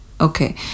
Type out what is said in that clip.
okay